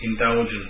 indulgence